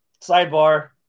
sidebar